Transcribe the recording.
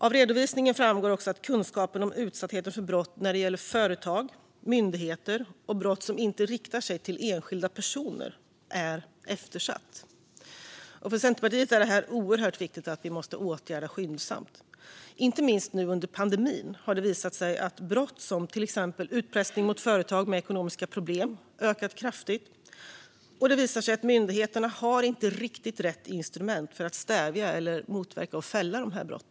Av redovisningen framgår också att kunskapen om utsatthet för brott när det gäller företag och myndigheter och brott som inte riktar sig mot enskilda personer är eftersatt. För Centerpartiet är det oerhört viktigt att detta åtgärdas skyndsamt. Inte minst nu under pandemin har det visat sig att brott som utpressning mot företag med ekonomiska problem har ökat kraftigt. Det visar sig att myndigheterna inte har riktigt rätt instrument för att stävja och motverka dessa brott och för att kunna fälla någon för dessa brott.